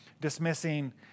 dismissing